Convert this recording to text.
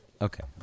Okay